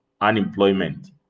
unemployment